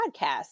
podcast